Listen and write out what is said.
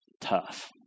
tough